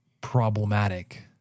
problematic